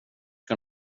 kan